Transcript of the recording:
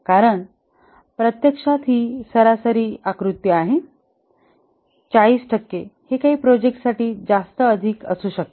कारण प्रत्यक्षात ही सरासरी आकृती आहे 40 टक्के हे काही प्रोजेक्टसाठी जास्त अधिक असू शकते